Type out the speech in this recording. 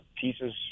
pieces